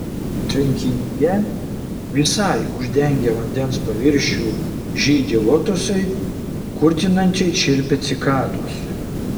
tvenkinyje visai uždengę vandens paviršių žydi lotosai kurtinančiai čirpia cikados